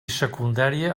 secundària